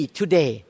today